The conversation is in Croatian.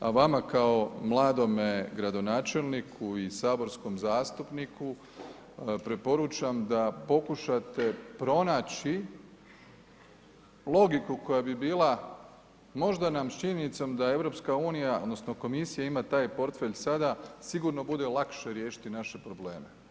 A vama kao mladome gradonačelniku i saborskom zastupniku preporučam da pokušate pronaći logiku koja bi bila možda nam s činjenicom da EU, odnosno Komisija ima taj portfelj sada, sigurno bude lakše riješiti naše probleme.